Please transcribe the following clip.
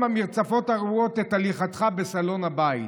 המרצפות הרעועות את הליכתך בסלון הבית.